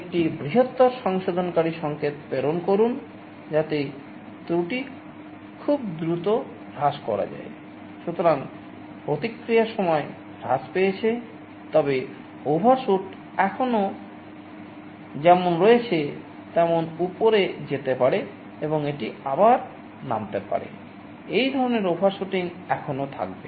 এখন on off এখনও যেমন রয়েছে তেমন উপরে যেতে পারে এবং এটি আবারও নামতে পারে এই ধরণের ওভারশুটিং এখনও থাকবে